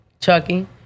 Chucky